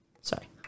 Sorry